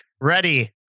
Ready